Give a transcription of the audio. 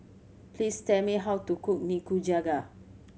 please tell me how to cook Nikujaga